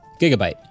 Gigabyte